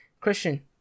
Christian